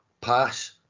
pass